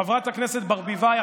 חברת הכנסת ברביבאי,